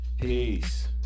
Peace